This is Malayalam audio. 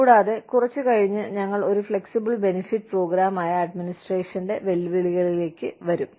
കൂടാതെ കുറച്ച് കഴിഞ്ഞ് ഞങ്ങൾ ഒരു ഫ്ലെക്സിബിൾ ബെനിഫിറ്റ് പ്രോഗ്രാമായ അഡ്മിനിസ്ട്രേഷന്റെ വെല്ലുവിളികളിലേക്ക് വരും